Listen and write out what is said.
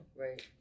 Right